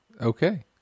Okay